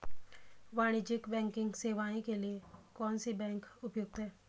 वाणिज्यिक बैंकिंग सेवाएं के लिए कौन सी बैंक उपयुक्त है?